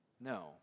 No